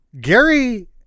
Gary